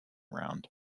round